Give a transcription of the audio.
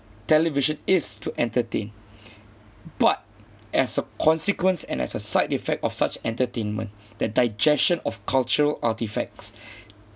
television is to entertain but as a consequence and as a side effect of such entertainment the digestion of cultural artefacts